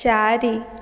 ଚାରି